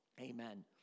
amen